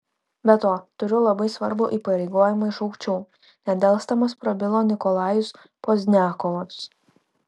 be to turiu labai svarbų įpareigojimą iš aukščiau nedelsdamas prabilo nikolajus pozdniakovas